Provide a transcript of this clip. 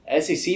SEC